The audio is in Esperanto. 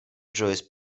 ĝojis